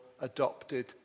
adopted